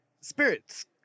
spirits